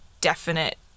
definite